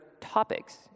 topics